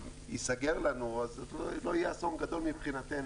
ייסגר לנו זה לא יהיה אסון גדול מבחינתנו.